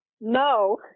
no